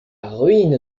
ruine